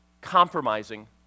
compromising